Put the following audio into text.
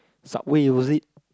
Subway was it